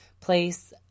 place